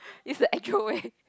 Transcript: is the actual way